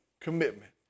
commitment